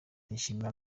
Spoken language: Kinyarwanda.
nishimira